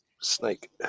snake